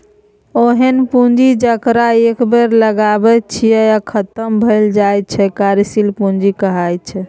ओहेन पुंजी जकरा एक बेर लगाबैत छियै आ खतम भए जाइत छै कार्यशील पूंजी कहाइ छै